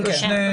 כן,